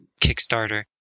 kickstarter